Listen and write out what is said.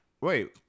Wait